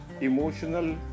emotional